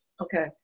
Okay